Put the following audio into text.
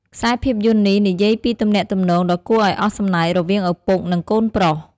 ខ្សែភាពយន្តនេះនិយាយពីទំនាក់ទំនងដ៏គួរឱ្យអស់សំណើចរវាងឪពុក និងកូនប្រុស។